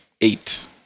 eight